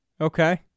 Okay